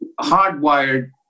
hardwired